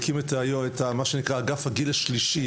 הקים את מה שנקרא אגף הגיל השלישי,